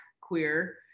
queer